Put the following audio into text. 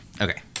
Okay